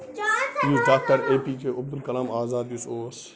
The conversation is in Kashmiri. یُس doctor A P J Abdul Kalam Azad یُس اوس